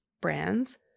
brands